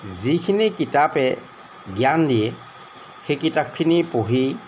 যিখিনি কিতাপে জ্ঞান দিয়ে সেই কিতাপখিনি পঢ়ি